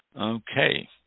Okay